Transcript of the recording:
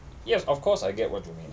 yes of course I get what you mean